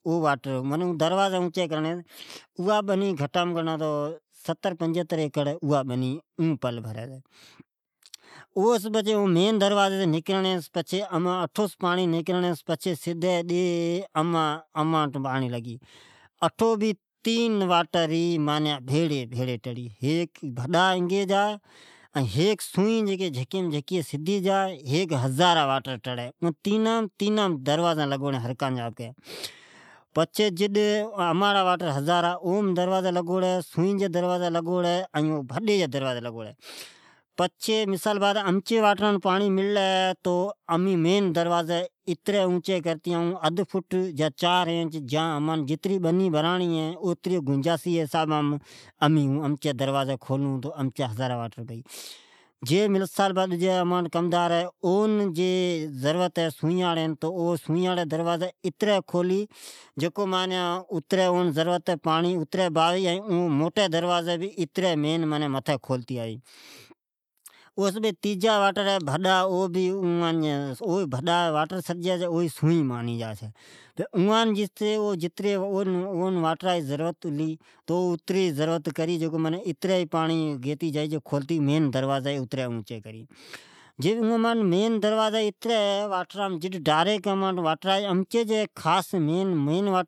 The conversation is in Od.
اون در اوچی کرنی سے اوا بنی ستر پنجاتر ایکڑھی ، اوسچھی پچھ پانڑی سدی امانٹھ آوی چھے ، اٹھو بھئ تین واٹر بھڑی نکری چھے ۔ ھیک بھڈا ھے ھیک سنوین ھے جکو جھکی مین جھکی ھے ڈجا ھئ ہزاریا ھے ۔ این یا مین سجا مین درین لگوڑی ھے، جیکڈنک امان پانڑی ملی تو امی اتری پانڑی کھولتے اون اد فٹ یا چار انچ جتری امان گنجاھست ھوی ،مونی جیسی واٹران جتری ضرورت ھوی چھے اتری پانڑی کھلی چھے